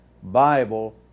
Bible